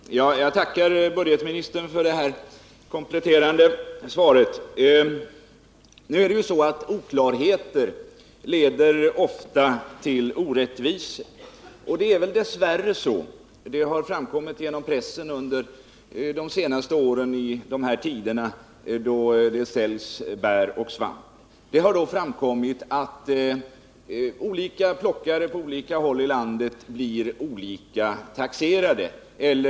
Herr talman! Jag tackar budgetoch ekonomiministern för det kompletterande svaret. Oklarheter leder ofta till orättvisor, och dess värre har det framkommit genom pressen under de senaste åren — vid den tid då det säljs bär och svamp— att plockare på olika håll i landet blir olika behandlade i skattehänseende.